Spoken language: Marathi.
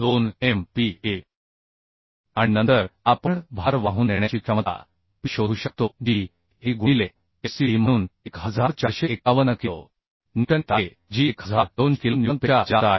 2 MPa आणि नंतर आपण भार वाहून नेण्याची क्षमता P शोधू शकतो जी Ae गुणिले FCD म्हणून 1451 किलो न्यूटन येत आहे जी 1200 किलो न्यूटनपेक्षा जास्त आहे